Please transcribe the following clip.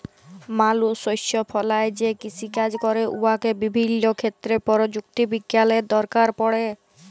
মালুস শস্য ফলাঁয় যে কিষিকাজ ক্যরে উয়াতে বিভিল্য ক্ষেত্রে পরযুক্তি বিজ্ঞালের দরকার পড়ে